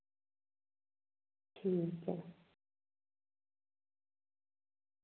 ठीक ऐ